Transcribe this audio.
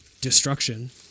destruction